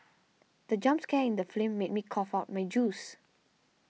the jump scare in the film made me cough out my juice